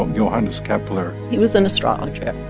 johannes kepler. he was an astrologer.